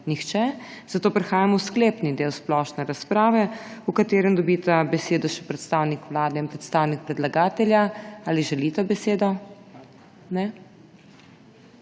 nihče, zato prehajamo v sklepni del splošne razprave, v katerem dobita besedo še predstavnik Vlade in predstavnik predlagatelja. Ali želita besedo? Ne.